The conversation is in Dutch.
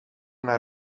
naar